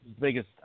biggest